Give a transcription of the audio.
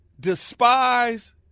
Despise